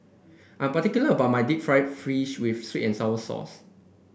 I'm particular about my Deep Fried Fish with sweet and sour sauce